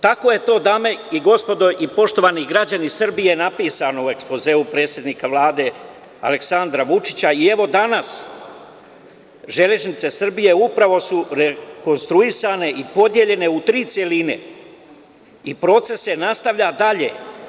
Tako je to dame i gospodo i poštovani građani Srbije, napisano u ekspozeu predsednika Vlade Aleksandra Vučića i evo danas „Železnice Srbije“ upravo su rekonstruisane i podeljene u tri celine i proces se nastavlja dalje.